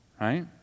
right